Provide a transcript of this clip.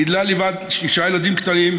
היא גידלה לבד שישה ילדים קטנים,